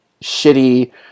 shitty